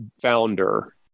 founder